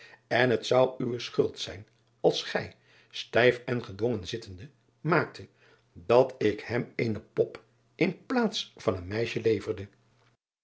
en het zou uwe schuld zijn als gij stijf en gedwongen zittende maakte dat ik hem eene pop in plaats van een meisje leverde